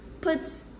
put